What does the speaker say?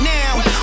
now